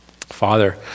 Father